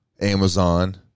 Amazon